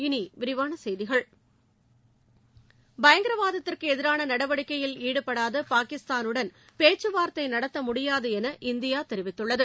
இனி விரிவான செய்திகள் பயங்கரவாதத்திற்கு எதிரான நடவடிக்கையில் ஈடுபடாத பாகிஸ்தானுடன் பேச்கவார்த்தை நடத்த முடியாது என இந்தியா தெரிவித்துள்ளது